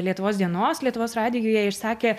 lietuvos dienos lietuvos radijuje išsakė